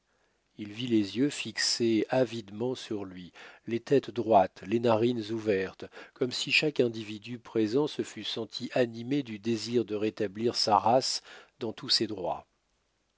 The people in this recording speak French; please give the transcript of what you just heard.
il vit les yeux fixés avidement sur lui les têtes droites les narines ouvertes comme si chaque individu présent se fût senti animé du désir de rétablir sa race dans tous ses droits